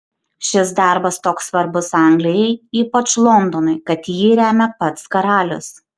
šis darbas toks svarbus anglijai ypač londonui kad jį remia pats karalius